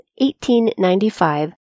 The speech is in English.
1895